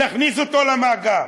נכניס אותו למאגר.